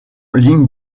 ligne